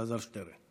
חבר הכנסת אלעזר שטרן.